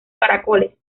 caracoles